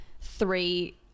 Three